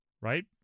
right